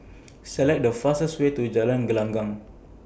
Select The fastest Way to Jalan Gelenggang